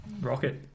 Rocket